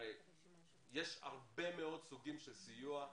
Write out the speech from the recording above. הרי יש הרבה מאוד סוגים של סיוע,